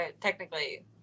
technically